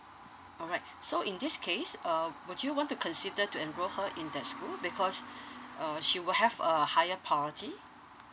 alright so in this case uh would you want to consider to enrol her in that school because uh she will have a higher priority